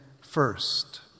first